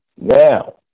now